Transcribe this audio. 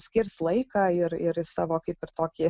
skirs laiką ir ir savo kaip ir tokį